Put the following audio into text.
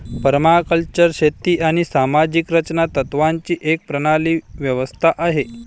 permaculture शेती आणि सामाजिक रचना तत्त्वांची एक प्रणाली व्यवस्था आहे